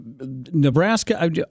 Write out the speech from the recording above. Nebraska